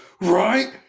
right